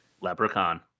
Leprechaun